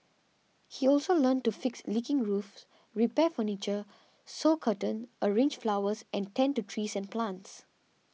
he also learnt to fix leaking roofs repair furniture sew curtains arrange flowers and tend to trees and plants